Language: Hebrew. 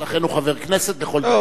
ולכן הוא חבר הכנסת לכל דבר.